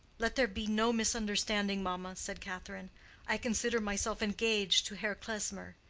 let there be no misunderstanding, mamma, said catherine i consider myself engaged to herr klesmer,